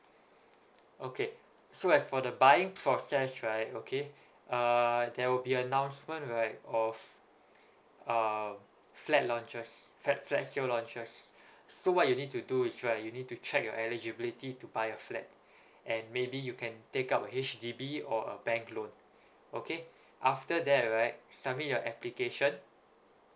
okay so as for the buying process right okay uh there will be announcement right of uh flat launches flat flexi launches so what you need to do is right you need to check your eligibility to buy a flat and maybe you can take up a H_D_B or a bank loan okay after that right submit your application